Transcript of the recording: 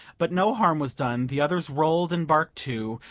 but no harm was done the others rolled and barked too,